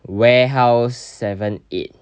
warehouse seven eight